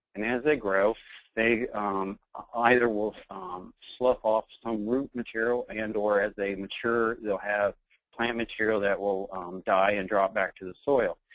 and as they grow, they either will um slough off some root material and or as they mature they'll have plant material that will die and drop back to the soil.